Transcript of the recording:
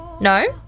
No